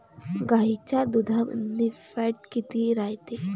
गाईच्या दुधामंदी फॅट किती रायते?